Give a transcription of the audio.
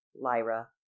Lyra